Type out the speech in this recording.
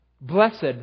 Blessed